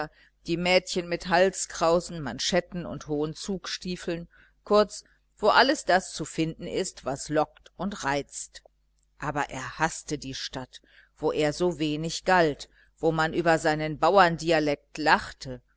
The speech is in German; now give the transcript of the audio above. die mädchen mit halskrausen manschetten und hohen zugstiefeln kurz wo alles zu finden ist was lockt und reizt aber er haßte die stadt wo er so wenig galt wo man über seinen bauerndialekt lachte